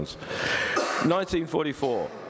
1944